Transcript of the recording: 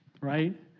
Right